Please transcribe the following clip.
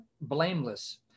blameless